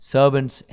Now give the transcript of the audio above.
Servants